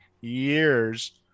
years